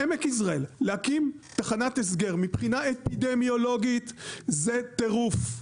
בעמק יזרעאל להקים תחנת הסגר מבחינה אפידמיולוגית זה טירוף,